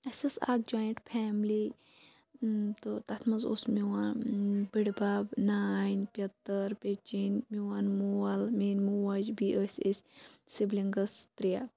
اَسہِ ٲس اَکھ جَوٚیِنٹ فیملی تہٕ تَتھ مَنٛز اوس میٚون بٕڑ بَب نانۍ پتٕر پیٚچَنۍ میون مول میٲنۍ موج بیٚیہِ ٲسۍ أسۍ سِبلِنگٕس ترٛےٚ